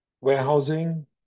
warehousing